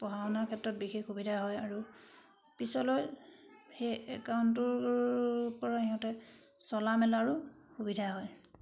পঢ়া শুনাৰ ক্ষেত্ৰত বিশেষ সুবিধা হয় আৰু পিছলৈ সেই একাউণ্টটোৰ পৰা সিহঁতে চলা মেলাৰো সুবিধা হয়